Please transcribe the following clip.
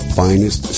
finest